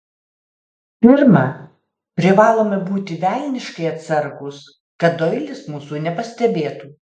pirma privalome būti velniškai atsargūs kad doilis mūsų nepastebėtų